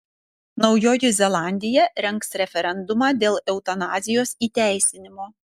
naujoji zelandija rengs referendumą dėl eutanazijos įteisinimo